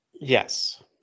Yes